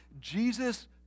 Jesus